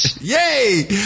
Yay